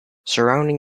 surrounding